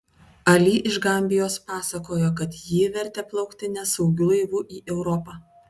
ali iš gambijos pasakojo kad jį vertė plaukti nesaugiu laivu į europą